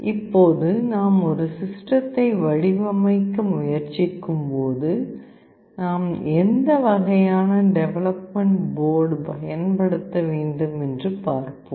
இப்போது நாம் ஒரு சிஸ்டத்தை வடிவமைக்க முயற்சிக்கும் போது நாம் எந்த வகையான டெவலப்மெண்ட் போர்டு பயன்படுத்த வேண்டும் என்று பார்ப்போம்